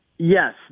Yes